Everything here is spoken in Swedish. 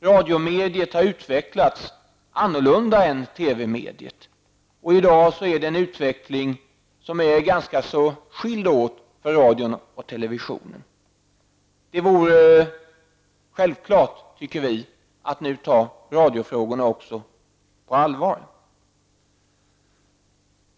Radiomediet har utvecklats annorlunda än TV-mediet. I dag skiljer sig utvecklingen mellan dessa medier ganska mycket. Vi tycker självfallet att också radiofrågorna nu skall tas på allvar.